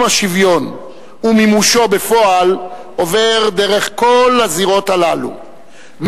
השוויון ומימושו בפועל עוברים דרך כל הזירות הללו,